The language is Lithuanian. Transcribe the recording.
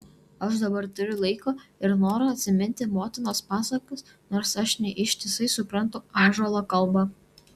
aš dabar turiu laiko ir noro atsiminti motinos pasakas nors aš ne ištisai suprantu ąžuolo kalbą